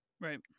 right